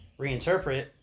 reinterpret